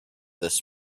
this